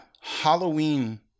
Halloween